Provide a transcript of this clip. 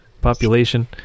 population